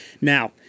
Now